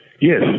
Yes